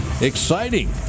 Exciting